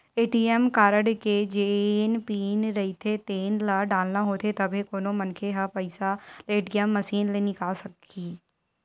ATM card के जेन pin रहिथे तेन ल डालना होथे तभे कोनो मनखे ह पइसा ल ए.टी.एम मसीन ले निकाले सकही